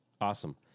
Awesome